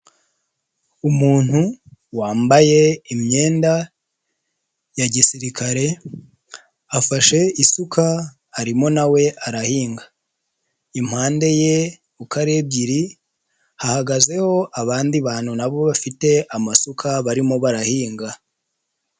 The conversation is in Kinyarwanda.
Umuntu wambaye imyenda ya gisirikare, afashe isuka arimo nawe we arahinga. Impande ye uko ari ebyiri, hagazeho abandi bantu nabo bafite amasuka barimo barahinga.